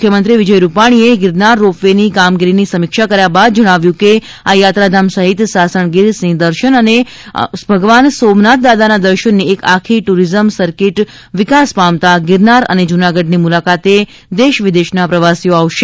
મુખ્યમંત્રી વિજય રૂપાણીએ Girnar ropeway ની કામગીરીની સમીક્ષા કર્યા બાદ જણાવ્યું હતું કે આ યાત્રાધામ સહિત સાસણગીર સિંહ દર્શન અને ભગવાન સોમનાથ દાદાના દર્શનની એક આખી ટૂરિઝમ સરકીટ વિકાસ પામતા ગીરનાર અને જૂનાગઢની મુલાકાતે દેશ વિદેશના પ્રવાસીઓ આવશે